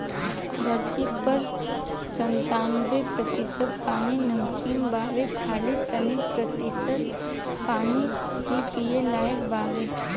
धरती पर पर संतानबे प्रतिशत पानी नमकीन बावे खाली तीन प्रतिशत पानी ही पिए लायक बावे